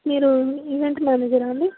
మీరు ఈవెంట్ మేనేజరా అండి